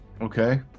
Okay